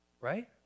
Right